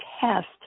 test